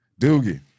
Doogie